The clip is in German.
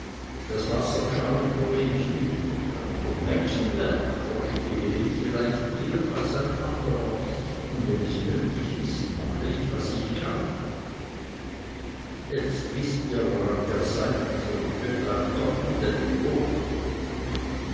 das wasser gschauen tue ich nicht aber vom hexenwerk verstehe ich vielleicht mehr als ein anderer und wenn es nötig ist mache ich was ich kann jetzt wißt ihr woran ihr seid und behüt euch gott und lebet wohl